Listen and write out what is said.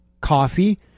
coffee